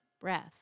breath